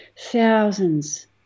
thousands